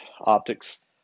optics